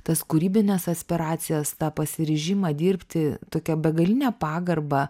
tas kūrybines aspiracijas tą pasiryžimą dirbti tokią begalinę pagarbą